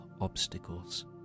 obstacles